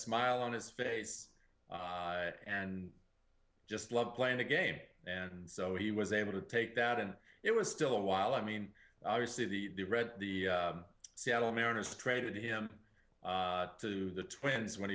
smile on his face and just loved playing the game and so he was able to take that and it was still a while i mean obviously the you read the seattle mariners traded him to the twins when